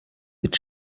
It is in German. wird